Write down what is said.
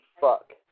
fuck